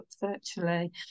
virtually